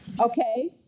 okay